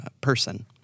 person